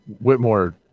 whitmore